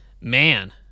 man